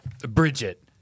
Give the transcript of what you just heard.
Bridget